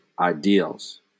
ideals